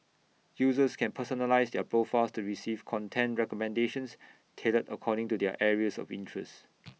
users can personalise their profiles to receive content recommendations tailored according to their areas of interest